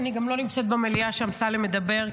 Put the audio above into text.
אני גם לא נמצאת במליאה כשאמסלם מדבר,